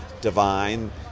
divine